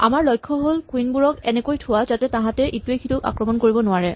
আমাৰ লক্ষ হ'ল কুইন বোৰক ক এনেকৈ থোৱা যাতে তাহাঁতে ইটোৱে সিটোক আক্ৰমণ কৰিব নোৱাৰে